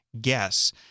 guess